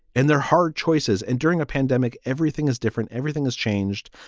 and they're hard choices. and during a pandemic, everything is different. everything has changed.